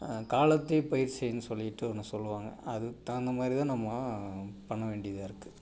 காலத்தை பயிர் செய்னு சொல்லிட்டு ஒன்று சொல்லுவாங்க அதுக்கு தகுந்த மாதிரி தான் நம்ம பண்ண வேண்டியதாக இருக்குது